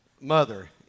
mother